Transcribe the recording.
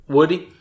Woody